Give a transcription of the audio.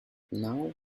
now